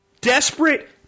desperate